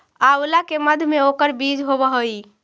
आंवला के मध्य में ओकर बीज होवअ हई